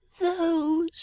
Those—